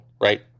right